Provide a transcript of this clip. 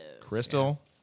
Crystal